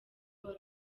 wari